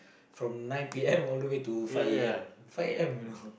from nine P_M all the way to five A_M five A_M